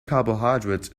carbohydrate